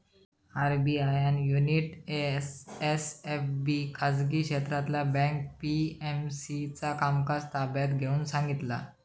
RBI ना Unity SFB खाजगी क्षेत्रातला बँक पी.एम.सी चा कामकाज ताब्यात घेऊन सांगितला